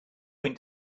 went